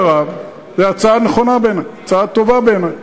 זו הצעה נכונה בעיני, הצעה טובה בעיני.